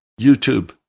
YouTube